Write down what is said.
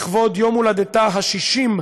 לכבוד יום הולדתה ה-60,